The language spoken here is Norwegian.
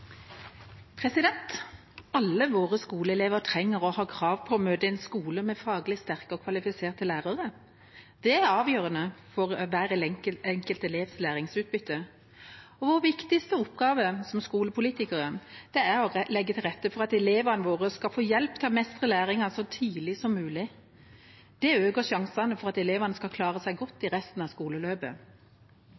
Alle våre skoleelever trenger og har krav på å møte en skole med faglig sterke og kvalifiserte lærere. Det er avgjørende for hver enkelt elevs læringsutbytte. Vår viktigste oppgave som skolepolitikere er å legge til rette for at elevene våre skal få hjelp til å mestre læringen så tidlig som mulig. Det øker sjansene for at elevene skal klare seg godt